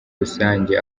rusange